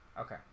Okay